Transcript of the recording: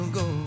go